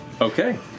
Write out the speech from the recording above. Okay